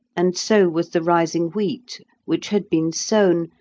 and so was the rising wheat which had been sown,